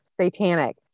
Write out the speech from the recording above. satanic